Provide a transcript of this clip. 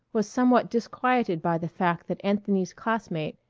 was somewhat disquieted by the fact that anthony's classmate,